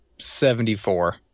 Seventy-four